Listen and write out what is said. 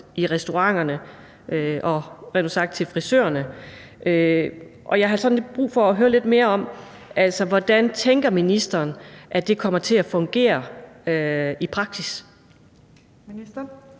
i restauranterne og rent ud sagt hos frisørerne? Jeg har brug for at høre lidt mere om, hvordan ministeren tænker at det kommer til at fungere i praksis. Kl.